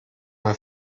mal